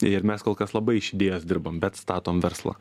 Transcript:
ir mes kol kas labai iš idėjos dirbam bet statom verslą